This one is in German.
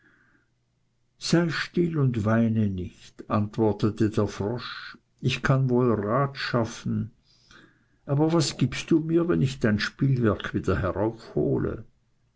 sei still und weine nicht antwortete der frosch ich kann wohl rat schaffen aber was gibst du mir wenn ich dein spielwerk wieder heraufhole